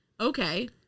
okay